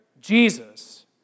Jesus